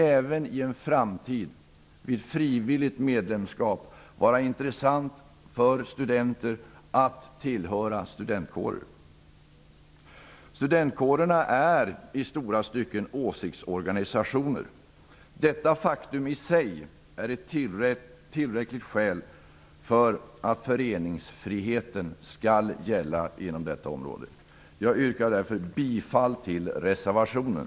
Även i en framtid med frivilligt medlemskap kommer det vara intressant för studenter att tillhöra studentkårer. Studentkårerna är i stor utsträckning åsiktsorganisationer. Detta faktum är i sig ett tillräckligt skäl för att föreningsfriheten skall gälla på detta område. Jag yrkar därför bifall till reservationen.